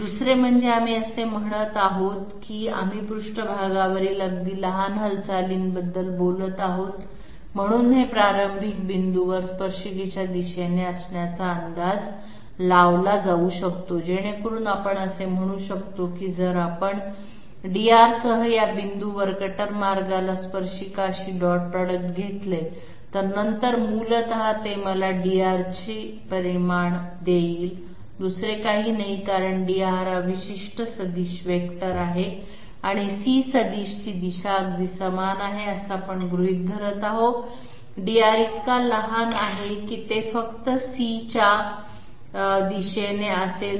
दुसरे म्हणजे आम्ही असे म्हणत आहोत की आम्ही पृष्ठभागावरील अगदी लहान हालचालींबद्दल बोलत आहोत म्हणून हे प्रारंभिक बिंदूवर स्पर्शिकेच्या दिशेने असण्याचा अंदाज लावला जाऊ शकतो जेणेकरून आपण असे म्हणू शकतो की जर आपण dR सह या बिंदूवर कटर मार्गाला स्पर्शिकाशी डॉट प्रॉडक्ट घेतले तर नंतर मूलत ते मला dR ची परिमाण देईल दुसरे काही नाही कारण dR हा विशिष्ट सदिश वेक्टर आहे आणि c सदिश ची दिशा अगदी समान आहे असे आपण गृहीत धरत आहोत dR इतका लहान आहे की ते फक्त c च्या दिशेने असेल